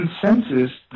consensus